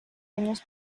años